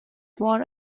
war